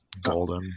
golden